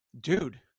dude